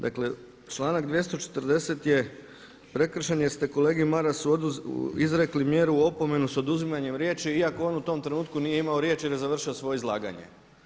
Dakle članak 240. je prekršen jer ste kolegi Marasu izrekli mjeru opomenu s oduzimanjem riječi iako on u tom trenutku nije imao riječ jer je završio svoje izlaganje.